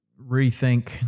rethink